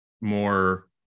more